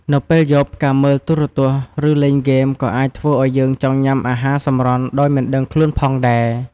នៅពេលយប់ការមើលទូរទស្សន៍ ឬលេងហ្គេមក៏អាចធ្វើឱ្យយើងចង់ញ៉ាំអាហារសម្រន់ដោយមិនដឹងខ្លួនផងដែរ។